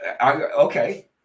Okay